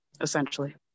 essentially